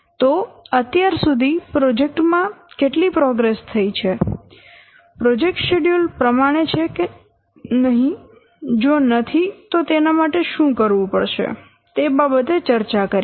તો અત્યાર સુધી પ્રોજેક્ટ માં કેટલી પ્રોગ્રેસ થઈ છે પ્રોજેક્ટ શેડ્યૂલ પ્રમાણે છે કે નહિ જો નથી તો તેના માટે શું કરવું પડશે તે બાબતે ચર્ચા કરીએ